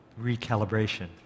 recalibration